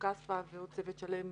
טור-כספא ועוד צוות שלם,